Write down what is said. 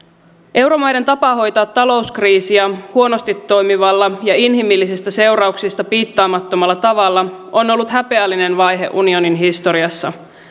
euromaiden tapa hoitaa talouskriisiä huonosti toimivalla ja inhimillisistä seurauksista piittaamattomalla tavalla on ollut häpeällinen vaihe unionin historiassa